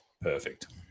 perfect